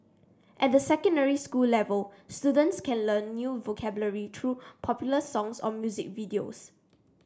at the secondary school level students can learn new vocabulary through popular songs or music videos